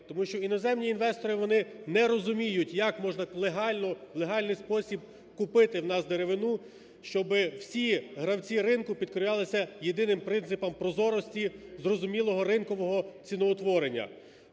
Тому що іноземні інвестори, вони не розуміють як можна в легальний спосіб купити в нас деревину, щоб всі гравці ринку підкорялися єдиним принципам прозорості зрозумілого ринкового ціноутворення.